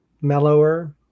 mellower